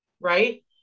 right